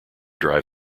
drive